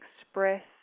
express